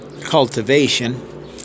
cultivation